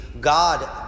God